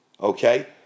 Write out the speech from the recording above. okay